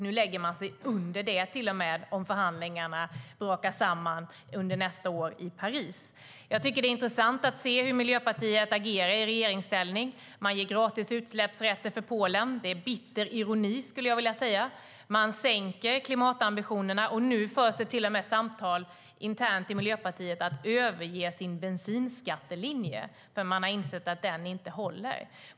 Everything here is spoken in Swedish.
Nu lägger man sig till och med under det om förhandlingarna brakar samman nästa år i Paris. Det är intressant att se hur Miljöpartiet agerar i regeringsställning. Man ger gratis utsläppsrätter för Polen. Det är bitter ironi, skulle jag vilja säga. Man sänker klimatambitionerna. Nu förs det till och med samtal internt i Miljöpartiet om att överge sin bensinskattelinje. Man har insett att den inte håller.